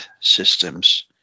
systems